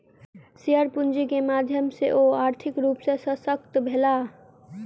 share पूंजी के माध्यम सॅ ओ आर्थिक रूप सॅ शशक्त भेला